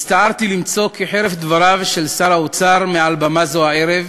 הצטערתי למצוא כי חרף דבריו של שר האוצר מעל במה זו הערב,